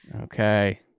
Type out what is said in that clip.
Okay